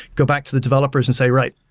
go back to the developers and say, right,